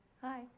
Hi